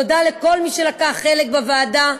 תודה לכל מי שלקח חלק בוועדה,